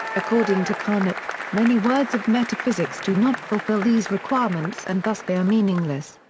according to carnap, many words of metaphysics do not fulfill these requirements and thus they are meaningless.